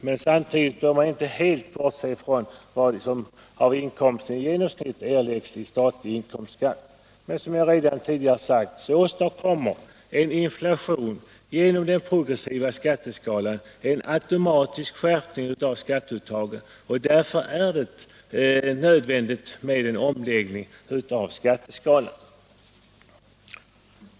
Men samtidigt bör man inte helt bortse ifrån vad som av inkomsten i genomsnitt erläggs i statlig inkomstskatt. Som jag redan tidigare sagt åstadkommer en inflation genom den progressiva skatteskalan en automatisk skärpning av skatteuttaget. Därför är det nödvändigt med en omläggning av skatteskalan.